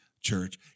Church